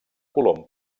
colom